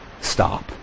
stop